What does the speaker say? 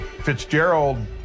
Fitzgerald